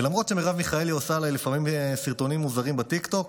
למרות שמרב מיכאלי עושה עליי לפעמים סרטונים מוזרים בטיקטוק,